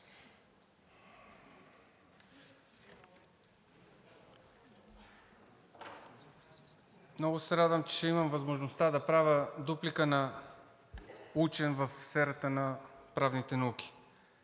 Много се радвам, че имам възможността да направя дуплика на учен в сферата на правните науки.